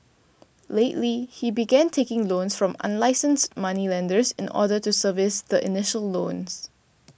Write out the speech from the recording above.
lately he began taking loans from unlicensed moneylenders in order to service the initial loans